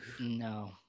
no